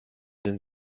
den